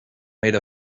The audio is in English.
made